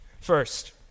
First